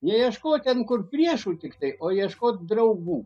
neieškot ten kur priešų tiktai o ieškot draugų